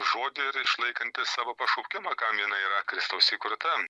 žodį ir išlaikanti savo pašaukimą kam jinai yra kristaus įkurta